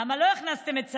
למה לא הכנסתם את צה"ל?